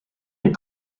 est